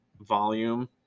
volume